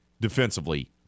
defensively